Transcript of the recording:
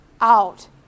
out